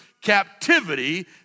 captivity